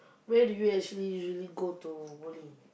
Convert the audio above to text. where do you actually usually go to bowling